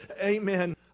Amen